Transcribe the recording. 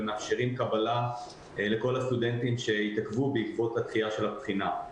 ומאפשרות קבלה לכל הסטודנטים שהתעכבו בעקבות הדחייה של הבחינה.